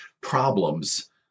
problems